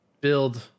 build